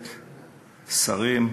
שרים,